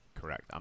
correct